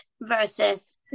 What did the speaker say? versus